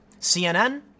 CNN